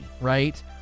right